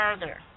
further